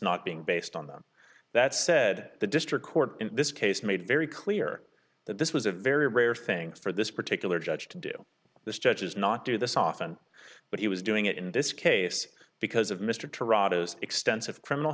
not being based on them that said the district court in this case made it very clear that this was a very rare thing for this particular judge to do this judge's not do this often but he was doing it in this case because of mr toronto's extensive criminal